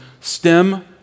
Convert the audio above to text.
stem